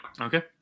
Okay